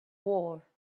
war